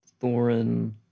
Thorin